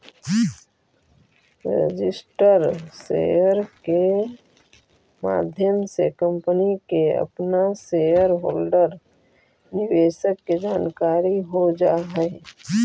registered share के माध्यम से कंपनी के अपना शेयर होल्डर निवेशक के जानकारी हो जा हई